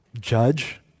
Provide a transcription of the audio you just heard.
judge